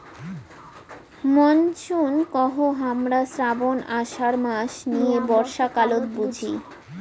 monsoon কহু হামরা শ্রাবণ, আষাঢ় মাস নিয়ে বর্ষাকালত বুঝি